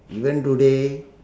even today